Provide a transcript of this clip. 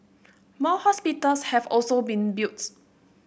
more hospitals have also been built